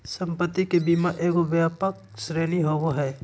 संपत्ति के बीमा एगो व्यापक श्रेणी होबो हइ